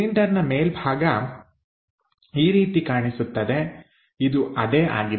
cylinder ನ ಮೇಲ್ಭಾಗ ಈ ರೀತಿ ಕಾಣಿಸುತ್ತದೆ ಇದು ಅದೇ ಆಗಿದೆ